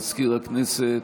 מזכיר הכנסת,